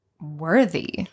worthy